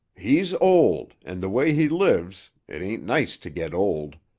he's old, and the way he lives it ain't nice to get old.